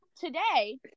today